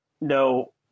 no